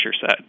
set